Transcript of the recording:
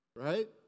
Right